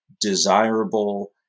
desirable